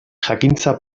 jakintza